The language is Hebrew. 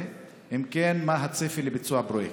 3. אם כן, מה הצפי לביצוע הפרויקט?